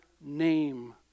name